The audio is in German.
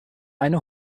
eine